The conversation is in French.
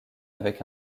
avec